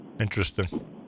Interesting